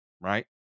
right